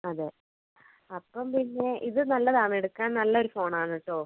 അതെ അപ്പം പിന്നെ ഇത് നല്ലതാണ് എടുക്കാൻ നല്ല ഒരു ഫോൺ ആണ് കേട്ടോ